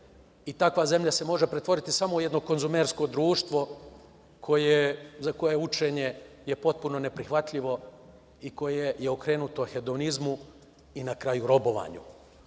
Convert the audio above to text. i takva zemlja se može pretvoriti u jedno konzumersko društvo za koje učenje je potpuno neprihvatljivo i koje je okrenuto hedonizmu i na kraju robovanju. Stoga,